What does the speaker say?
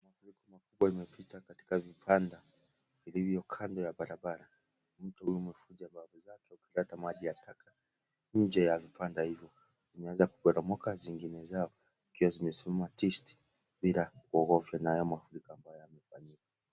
Mafuriko makubwa imepita katika vibanda vilivyo kando ya barabara, mto huu umevunja bafu zake ukileta maji ya taka nje ya vibanda hivyo, zimeanza kuporomoka zingine zao zikiwa zimesimama tisti ila kuogofya na haya mafuriko ambayo yamefanyika.